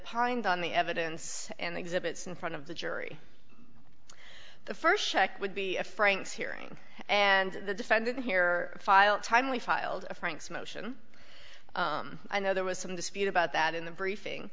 pines on the evidence and exhibits in front of the jury the first check would be a franks hearing and the defendant here filed timely filed a frank's motion i know there was some dispute about that in the briefing